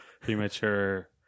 Premature